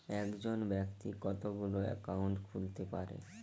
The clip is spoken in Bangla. একজন ব্যাক্তি কতগুলো অ্যাকাউন্ট খুলতে পারে?